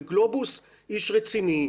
וגלובוס איש רציני,